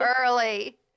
early